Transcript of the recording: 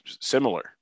similar